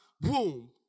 boom